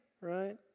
right